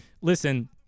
Listen